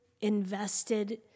invested